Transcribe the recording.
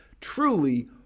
truly